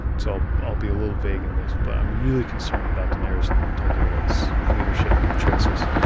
so i'll be a little vague in this. but i'm really concerned about daenerys targaryen's leadership choices.